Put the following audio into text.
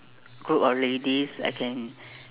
group of ladies I can